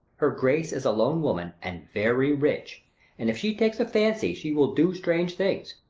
her grace is a lone woman, and very rich and if she take a fancy, she will do strange things.